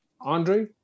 Andre